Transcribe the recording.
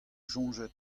soñjet